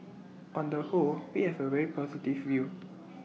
on the whole we have A very positive view